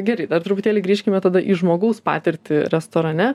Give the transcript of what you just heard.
gerai dar truputėlį grįžkime tada į žmogaus patirtį restorane